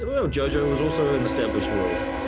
um jojo it was also an established world.